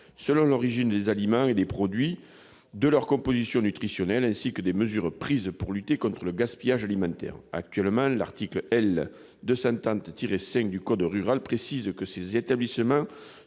selon l'origine des aliments et des produits, de leur composition nutritionnelle, ainsi que des mesures prises pour lutter contre le gaspillage alimentaire. Actuellement, l'article L. 230-5 du code rural précise que ces établissements